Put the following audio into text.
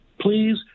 please